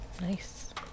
Nice